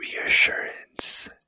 reassurance